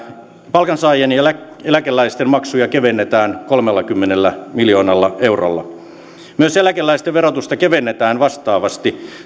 palkansaajien ja eläkeläisten maksuja kevennetään kolmellakymmenellä miljoonalla eurolla myös eläkeläisten verotusta kevennetään vastaavasti